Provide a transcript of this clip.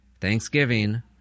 Thanksgiving